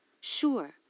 Sure